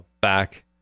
back